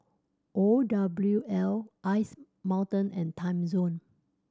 O W L Ice Mountain and Timezone